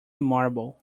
marble